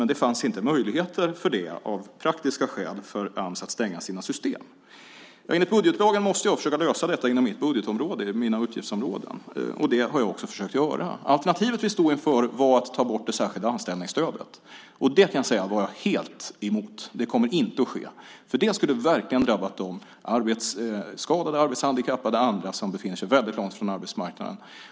Men det fanns inte möjligheter till det. Ams kunde inte stänga sina system av praktiska skäl. Enligt budgetlagen måste jag försöka lösa detta inom mitt budgetområde och mina utgiftsområden. Det har jag också försökt göra. Alternativet som vi stod inför var att ta bort det särskilda anställningsstödet, och det var jag helt emot. Det kommer inte att ske, för det skulle verkligen drabba de arbetsskadade, de arbetshandikappade och andra som befinner sig långt från arbetsmarknaden.